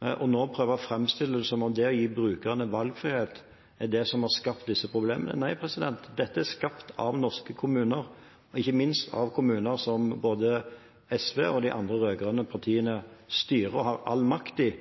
nå å prøve å framstille det som om det å gi brukerne valgfrihet er det som har skapt disse problemene. Nei, dette er skapt av norske kommuner, og ikke minst i kommuner som SV og de andre rød-grønne partiene styrer og har all makt i,